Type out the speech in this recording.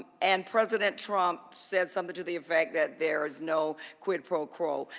and president trump said something to the effect that there is no quid pro quo.